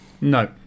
No